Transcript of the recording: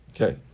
Okay